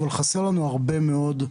אבל חסר לנו הרבה מאוד,